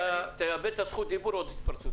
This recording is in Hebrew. אתה תאבד את זכות הדיבור אם תתפרץ שוב.